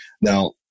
now